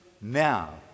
now